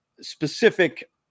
specific